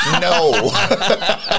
No